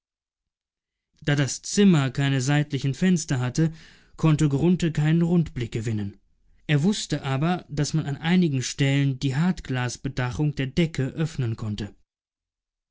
da das zimmer keine seitlichen fenster hatte konnte grunthe keinen rundblick gewinnen er wußte aber daß man an einigen stellen die hartglasbedachung der decke öffnen konnte